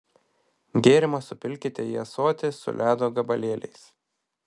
gėrimą supilkite į ąsotį su ledo gabalėliais